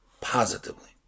positively